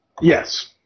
Yes